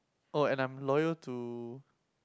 oh and I'm loyal to